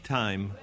time